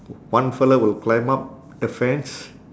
one fellow will climb up the fence